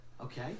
Okay